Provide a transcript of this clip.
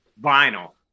vinyl